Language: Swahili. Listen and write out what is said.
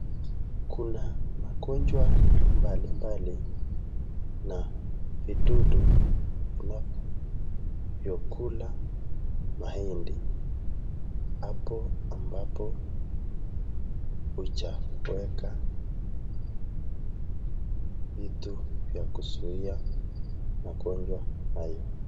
Kuna magonjwa mbalimbali na vidudu vinavyokula mahindi hapo ambapo hujaweka vitu vya kuzuia magonjwa hayo.